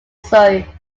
seoul